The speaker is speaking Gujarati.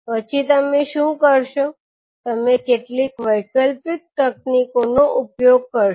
પછી તમે શું કરશો તમે કેટલીક વૈકલ્પિક તકનીકોનો ઉપયોગ કરશો